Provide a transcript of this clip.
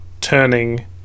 turning